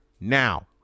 now